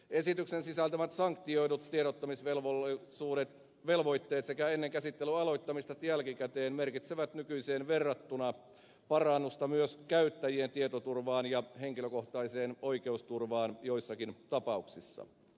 esityksen sisältämät sanktioidut tiedottamisvelvoitteet sekä ennen käsittelyn aloittamista että jälkikäteen merkitsevät nykyiseen verrattuna parannusta myös käyttäjien tietoturvaan ja henkilökohtaiseen oikeusturvaan joissakin tapauksissa